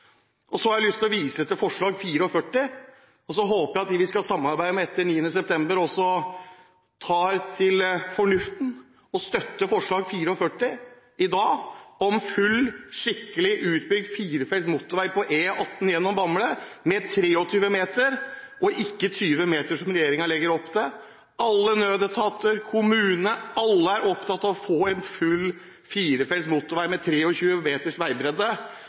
passivt. Så har jeg lyst til å vise til forslag nr. 44, og så håper jeg at de vi skal samarbeide med etter 9. september, også tar til fornuften og støtter forslag nr. 44 i dag om skikkelig utbygd firefelts motorvei på E18 gjennom Bamble – med 23 meter og ikke 20 meter som regjeringen legger opp til. Alle nødetater, kommunen, alle er oppfatt av å få en firefelts motorvei med 23 meters veibredde.